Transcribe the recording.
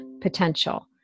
potential